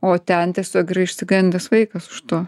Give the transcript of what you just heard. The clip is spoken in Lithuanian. o ten tiesiog išsigandęs vaikas už to